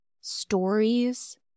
stories